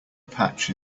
patch